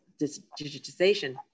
digitization